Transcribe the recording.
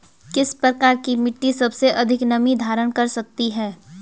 किस प्रकार की मिट्टी सबसे अधिक नमी धारण कर सकती है?